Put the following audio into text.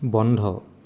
বন্ধ